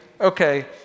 okay